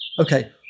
okay